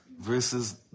versus